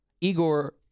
Igor